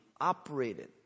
operated